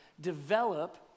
develop